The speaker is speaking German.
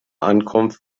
ankunft